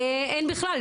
אין בכלל,